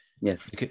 Yes